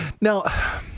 Now